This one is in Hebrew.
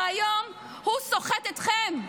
הרי היום הוא סוחט אתכם.